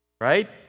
right